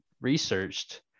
researched